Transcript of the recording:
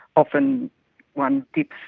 often one dips